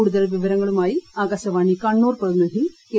കൂടുതൽ വിവരങ്ങളുമായി ആകാശവാണി കണ്ണൂർ പ്രതിനിധി കെ